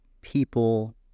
people